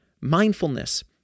Mindfulness